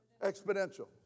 Exponential